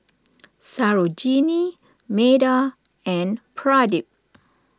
Sarojini Medha and Pradip